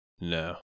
No